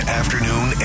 afternoon